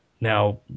now